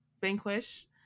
Vanquish